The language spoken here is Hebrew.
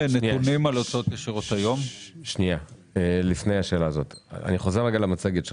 אני חוזר למצגת שלך.